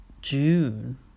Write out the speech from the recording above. June